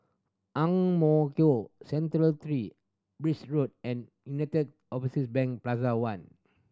Ang Mo Kio Central Three Birch Road and United Overseas Bank Plaza One